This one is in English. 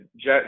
Jet